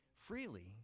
freely